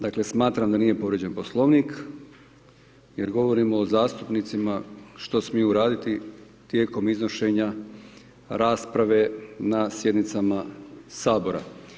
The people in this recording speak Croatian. Dakle, smatram da nije povrijeđen Poslovnik jer govorimo o zastupnicima što smiju raditi tijekom iznošenja rasprave na sjednicama HS.